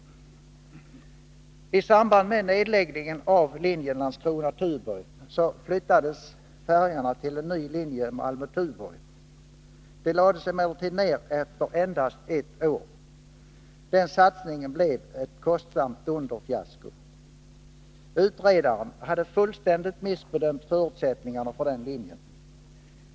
I samband med nedläggningen av linjen Landskrona-Tuborg flyttades färjorna till en ny linje Malmö-Tuborg. Den lades emellertid ned efter endast ett år. Den satsningen blev ett kostsamt dunderfiasko. Utredaren hade fullständigt missbedömt förutsättningarna för den linjen.